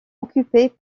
occupés